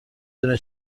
دونه